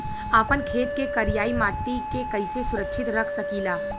आपन खेत के करियाई माटी के कइसे सुरक्षित रख सकी ला?